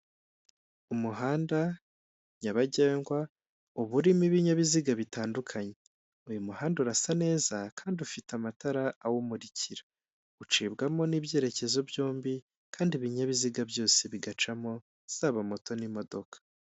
Umuhanda nyabagendwa uba urimo ibinyabiziga bitandukanye, uyu muhanda urasa neza kandi ufite amatara awumurikira ucibwamo n'ibyerekezo byombi kandi ibinyabiziga byose bigacamo zaba moto n'imodoka.